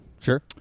Sure